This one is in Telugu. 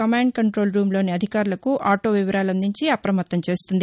కమాండ్ కంటోల్ రూమ్ లోని అధికారులకు ఆటో వివరాలందించి అప్రమత్తం చేస్తుంది